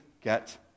get